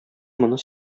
моны